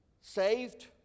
Saved